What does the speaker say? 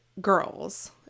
girls